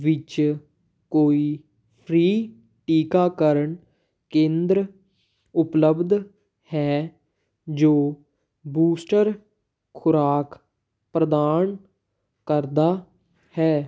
ਵਿੱਚ ਕੋਈ ਫ੍ਰੀ ਟੀਕਾਕਰਨ ਕੇਂਦਰ ਉਪਲਬਧ ਹੈ ਜੋ ਬੂਸਟਰ ਖੁਰਾਕ ਪ੍ਰਦਾਨ ਕਰਦਾ ਹੈ